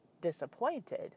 disappointed